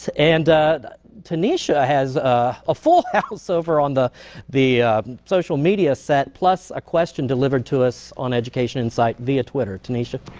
and tanisha has a full house over on the the social media set plus a question delivered to us on education insight via twitter. tanisha.